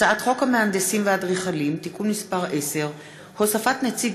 הצעת חוק המהנדסים והאדריכלים (תיקון מס' 10) (הוספת נציג